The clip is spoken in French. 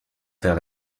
vers